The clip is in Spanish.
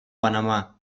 panamá